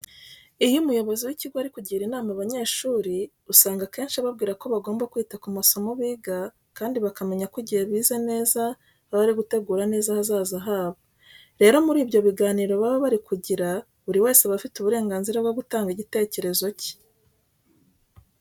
Iyo umuyobozi w'ikigo ari kugira inama abanyeshuri usanga akenshi ababwira ko bagomba kwita ku masomo biga kandi bakamenya ko igihe bize neza baba bari gutegura neza ahazaza habo. Rero muri ibyo biganiro baba bari kugira buri wese aba afite uburenganzira bwo gutanga igitekerezo cye.